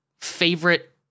favorite